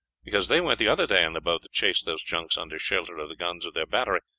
because they went the other day in the boat that chased those junks under shelter of the guns of their battery,